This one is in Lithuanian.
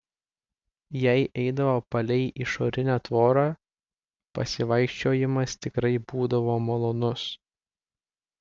jei eidavo palei išorinę tvorą pasivaikščiojimas tikrai būdavo malonus